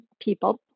people